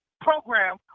program